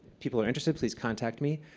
people are interested, please contact me.